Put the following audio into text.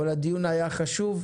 אבל הוא היה חשוב.